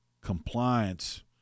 compliance